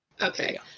Okay